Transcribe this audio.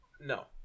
No